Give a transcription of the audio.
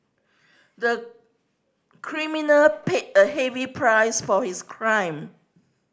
the criminal paid a heavy price for his crime